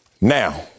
Now